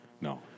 No